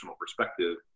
perspective